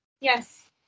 Yes